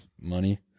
money